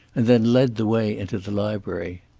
and then led the way into the library.